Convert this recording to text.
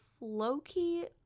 low-key